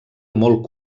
molt